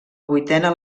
vuitena